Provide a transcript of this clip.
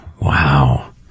Wow